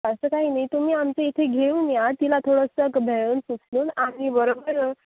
असं काही नाही तुम्ही आमच्या इथे घेऊन या तिला थोडंसं बेहलुन फुसलून आम्ही बरोबर